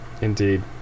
Indeed